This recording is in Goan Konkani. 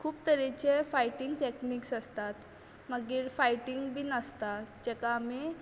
खूब तरेचे फायटींग टेकनीक आसतात मागीर फायटींग बीन आसतात जेका आमी